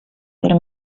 per